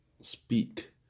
speak